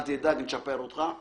אל תדאג, נצ'פר אותך.